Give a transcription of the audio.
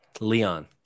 Leon